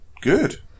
good